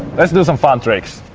let's do some fun tricks!